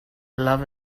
love